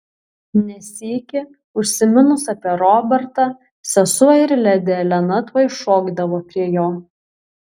ne sykį užsiminus apie robertą sesuo ir ledi elena tuoj šokdavo prie jo